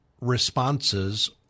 responses